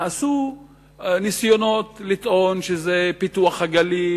נעשו ניסיונות לטעון שזה פיתוח הגליל